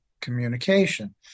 communication